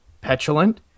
petulant